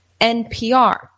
NPR